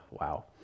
wow